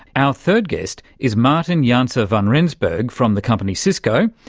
our third guest is martin janse ah van rensburg from the company cisco.